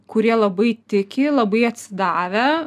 kurie labai tiki labai atsidavę